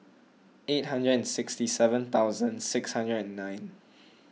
eight hundred and sixty seven thousand six hundred and nine